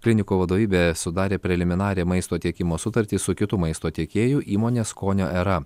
klinikų vadovybė sudarė preliminarią maisto tiekimo sutartį su kitu maisto teikėju įmone skonio era